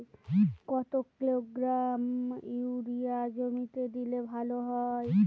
কত kilogram urea জমিতে দিলে ভালো হয়?